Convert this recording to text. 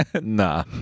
Nah